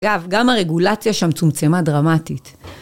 אגב, גם הרגולציה שם צומצמה דרמטית.